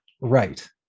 right